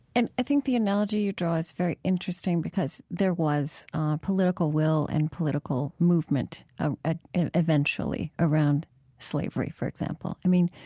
and i think the analogy you draw is very interesting because there was political will and political movement ah ah and eventually around slavery, for example. i mean,